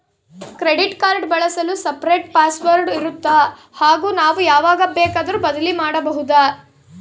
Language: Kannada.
ಕ್ರೆಡಿಟ್ ಕಾರ್ಡ್ ಬಳಸಲು ಸಪರೇಟ್ ಪಾಸ್ ವರ್ಡ್ ಇರುತ್ತಾ ಹಾಗೂ ನಾವು ಯಾವಾಗ ಬೇಕಾದರೂ ಬದಲಿ ಮಾಡಬಹುದಾ?